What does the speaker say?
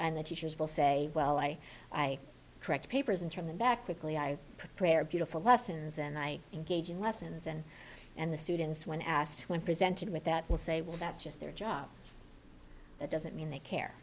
and the teachers will say well i i correct papers and turn them back quickly i prepare beautiful lessons and i engage in lessons and and the students when asked when presented with that will say well that's just their job that doesn't mean they care